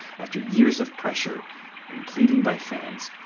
after years of pressure and pleading by fans,